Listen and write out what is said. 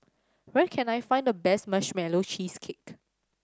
where can I find the best Marshmallow Cheesecake